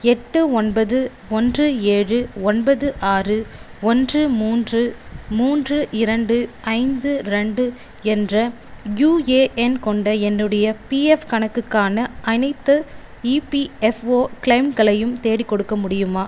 எட்டு ஒன்பது ஒன்று ஏழு ஒன்பது ஆறு ஒன்று மூன்று மூன்று இரண்டு ஐந்து ரெண்டு என்ற யூஏஎன் கொண்ட என்னுடைய பிஎஃப் கணக்குக்கான அனைத்து இபிஎஃப்ஓ கிளெய்ம்களையும் தேடிக்கொடுக்க முடியுமா